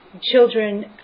children